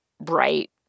bright